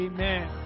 Amen